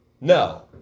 no